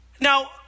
Now